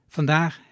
Vandaag